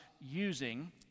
using